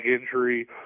injury